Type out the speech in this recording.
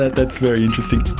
that's very interesting!